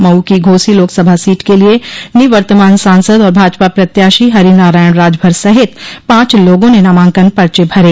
मऊ की घोसी लोकसभा सीट के लिये निवर्तमान सांसद और भाजपा प्रत्याशी हरि नारायण राजभर सहित पांच लोगों ने नामांकन पर्चे भरे